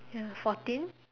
ya fourteen